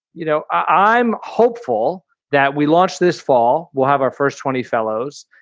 you know, i'm hopeful that we launch this fall. we'll have our first twenty fellows.